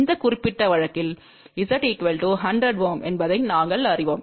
இந்த குறிப்பிட்ட வழக்கில் Z 100 Ω என்பதை நாங்கள் அறிவோம்